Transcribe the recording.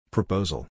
Proposal